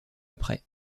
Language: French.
après